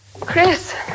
Chris